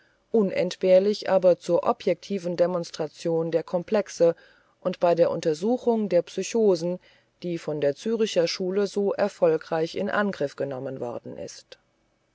unentbehrlich aber zur objektiven demonstration der komplexe und bei der untersuchung der psychosen die von der züricher schule so erfolgreich in angriff genommen worden ist